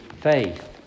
faith